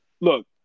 Look